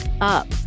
Up